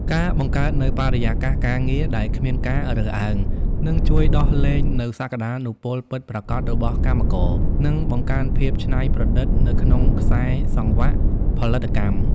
ការបង្កើតនូវបរិយាកាសការងារដែលគ្មានការរើសអើង នឹងជួយដោះលែងនូវសក្ដានុពលពិតប្រាកដរបស់កម្មករ និងបង្កើនភាពច្នៃប្រឌិតនៅក្នុងខ្សែសង្វាក់ផលិតកម្ម។